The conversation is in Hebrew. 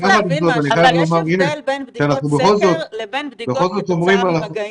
צריך להבין שיש הבדל בין בדיקות סקר לבין בדיקות כתוצאה ממגעים.